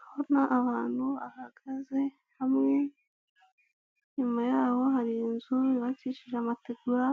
Urabona abantu bahagaze hamwe, inyuma yabo hari inzu yubakishije amategura